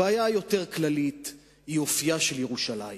הבעיה היותר כללית היא אופיה של ירושלים.